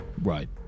Right